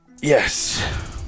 Yes